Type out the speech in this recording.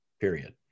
period